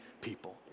people